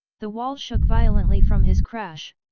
the wall shook violently from his crash,